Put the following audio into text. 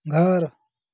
घर